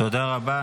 תודה רבה.